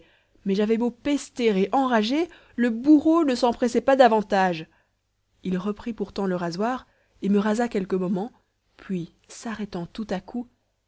mais j'avais beau pester et enrager le bourreau ne s'empressait pas davantage il reprit pourtant le rasoir et me rasa quelques moments puis s'arrêtant tout à coup